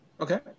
Okay